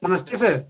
नमस्ते सर